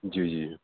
ज्यू ज्यू